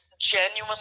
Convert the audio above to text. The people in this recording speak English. genuinely